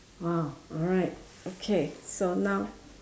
!wow! alright okay so now